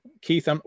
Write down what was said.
Keith